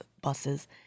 buses